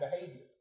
behavior